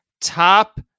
top